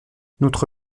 notre